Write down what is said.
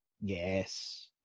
yes